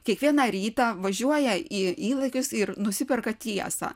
kiekvieną rytą važiuoja į ylakius ir nusiperka tiesą